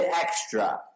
extra